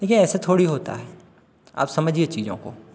देखिए ऐसे थोड़े होता है आप समझिए चीज़ों को